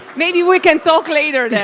maybe we can talk later then!